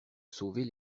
sauver